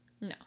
No